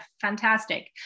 Fantastic